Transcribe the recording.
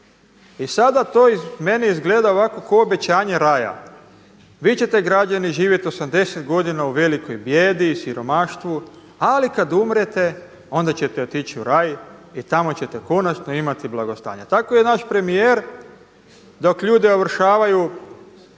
I sada to meni izgleda ovako kao obećanje Raja – vi ćete građani živjeti 80 godina u velikoj bijedi i siromaštvu, ali kada umrete, onda ćete otići u Raj i tamo ćete konačno imati blagostanje. Tako je i naš premijer dok ljude ovršavaju